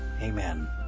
Amen